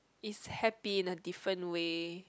is happy in a different way